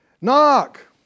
Knock